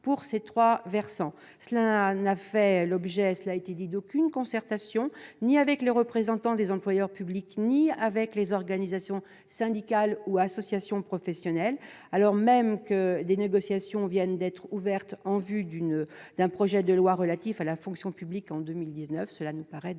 comme cela a été dit, ils n'ont fait l'objet d'aucune concertation, ni avec les représentants des employeurs publics ni avec les organisations syndicales ou associations professionnelles, alors même que des négociations viennent d'être ouvertes en vue d'un projet de loi relatif à la fonction publique en 2019. Ces amendements